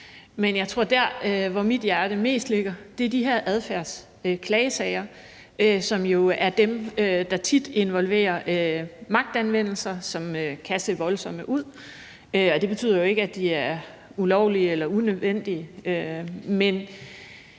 Men jeg tror, at der, hvor mit hjerte mest ligger, er ved de her adfærdsklagesager, som jo er dem, der tit involverer magtanvendelser, som kan se voldsomme ud. Det betyder ikke, at de er ulovlige eller unødvendige, men